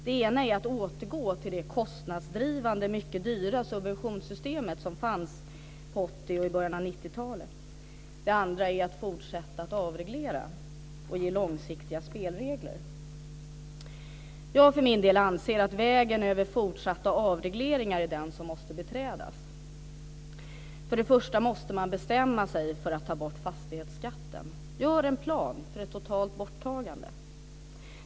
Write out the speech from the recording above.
Den ena är att återgå till det kostnadsdrivande mycket dyra subventionssystemet som fanns på 80-talet och i början av 90-talet. Det andra är att fortsätta att avreglera och att ge långsiktiga spelregler. Jag för min del anser att vägen med fortsatta avregleringar är den som måste beträdas. För det första måste man bestämma sig för att ta bort fastighetsskatten. Gör en plan för ett totalt borttagande!